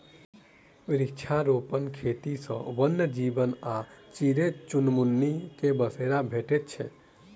वृक्षारोपण खेती सॅ वन्य जीव आ चिड़ै चुनमुनी के बसेरा भेटैत छै